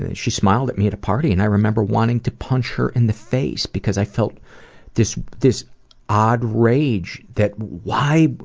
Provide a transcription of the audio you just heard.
and she smiled at me the party and i remember wanting to punch her in the face because i felt this this odd rage that why,